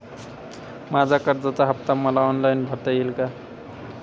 माझ्या कर्जाचा हफ्ता मला ऑनलाईन भरता येईल का?